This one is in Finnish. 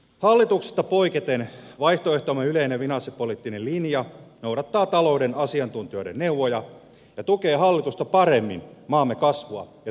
hallituksesta poiketen vaihtoehtomme yleinen finanssipoliittinen linja noudattaa talouden asiantuntijoiden neuvoja ja tukee hallitusta paremmin maamme kasvua ja työllisyyttä